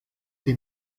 des